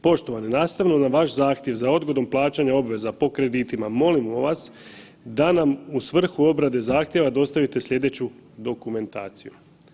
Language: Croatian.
Poštovani, nastavno na vaš zahtjev za odgodom plaćanja obveza po kreditima, molimo vas da nam u svrhu obrade zahtjeva dostavite slijedeću dokumentaciju.